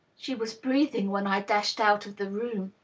she was breathing when i dashed out of the room.